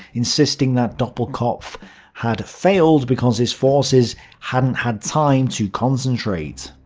insisting that doppelkopf had failed because his forces hadn't had time to concentrate.